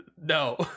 no